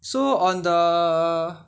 so on the